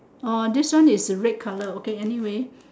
uh this one is red colour okay anyway